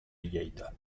lleida